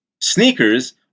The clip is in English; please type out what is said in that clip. Sneakers